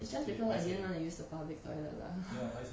it's just because I didn't want to use the public toilet lah